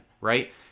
right